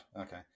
okay